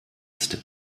ist